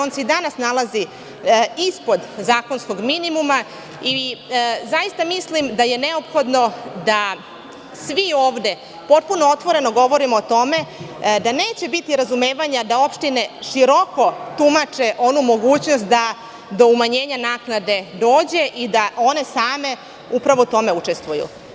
On se i danas nalazi ispod zakonskog minimuma i zaista mislim da je neophodno da svi ovde potpuno otvoreno govorimo o tome da neće biti razumevanja da opštine široko tumače onu mogućnost da do umanjenja naknade dođe i da one same upravo u tome učestvuju.